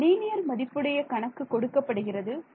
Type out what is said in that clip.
ஒரு லீனியர் மதிப்புடைய கணக்கு கொடுக்கப்படுகிறது